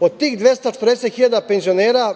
Od tih 240.000 penzionera